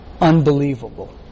Unbelievable